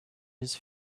his